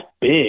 big